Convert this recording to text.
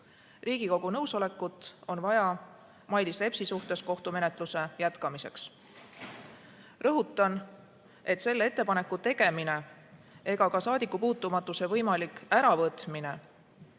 Riigikogu nõusolekut on vaja Mailis Repsi suhtes kriminaalmenetluse jätkamiseks. Rõhutan, et selle ettepaneku tegemine ega ka saadikupuutumatuse võimalik äravõtmine